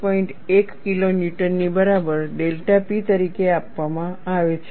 1 kilo ન્યૂટનની બરાબર delta P તરીકે આપવામાં આવે છે